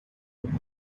and